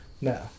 No